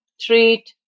treat